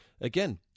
again